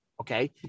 Okay